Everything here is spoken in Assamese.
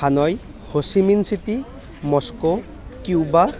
হানৈ সচিমিন চিটি মস্কো কিউবা